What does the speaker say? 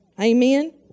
Amen